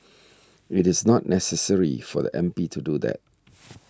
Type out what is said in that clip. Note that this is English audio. it's not necessary for the M P to do that